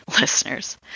listeners